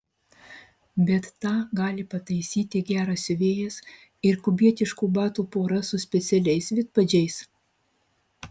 bet tą gali pataisyti geras siuvėjas ir kubietiškų batų pora su specialiais vidpadžiais